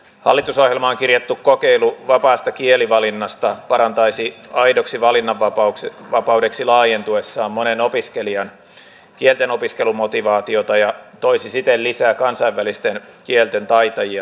hallitusohjelmaan kirjattu kokeilu vapaasta kielivalinnasta parantaisi aidoksi valinnanvapaudeksi laajentuessaan monen opiskelijan kielten opiskelumotivaatiota ja toisi siten lisää kansainvälisten kielten taitajia työelämäämme